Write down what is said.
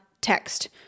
text